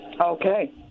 Okay